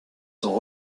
sont